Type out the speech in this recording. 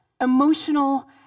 emotional